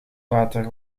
water